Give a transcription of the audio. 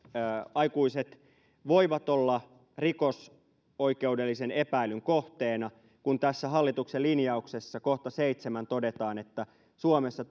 aikuiset voivat olla rikosoikeudellisen epäilyn kohteena kun tässä hallituksen linjauksessa kohta seitsemän todetaan että suomessa